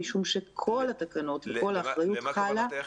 משום שכל התקנות וכל האחריות חלה --- למה כוונתך?